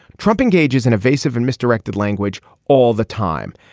trump engages in evasive and misdirected language all the time.